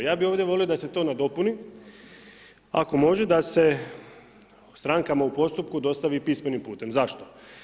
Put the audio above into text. Ja bih ovdje volio da se to nadopuni, ako može, da se strankama u postupku dostavi pismenim putem, zašto?